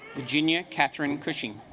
virginia katherine cushing